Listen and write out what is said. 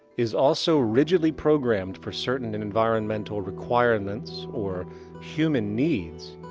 is also rigidly programmed for certain and environmental requirements or human needs,